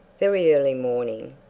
very early morning.